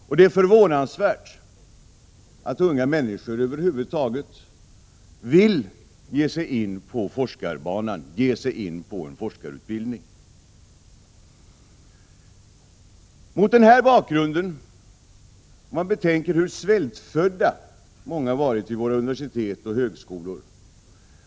Om man betänker hur svältfödda många har varit vid universitet och högskolor är det förvånansvärt att unga människor över huvud taget vill ge sig in på forskarbanan, att de vill satsa på en forskarutbildning.